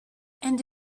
and